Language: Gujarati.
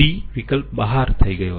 d વિકલ્પ બહાર થઈ ગયો છે